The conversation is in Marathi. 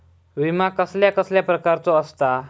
विमा कसल्या कसल्या प्रकारचो असता?